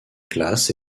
classe